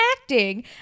acting